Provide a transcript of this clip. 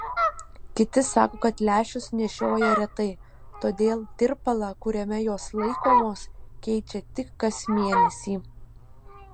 kiti sako kad lęšius nešioja retai todėl tirpalą kuriame jos laikomos keičia tik kas mėnesį